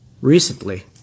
recently